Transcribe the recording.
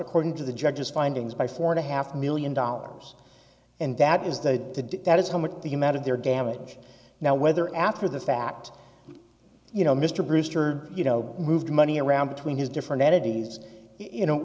according to the judge's findings by four and a half million dollars and that is that to do that is how much the amount of their damage now whether after the fact you know mr brewster you know moved money around between his different entities you know